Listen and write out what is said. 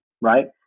right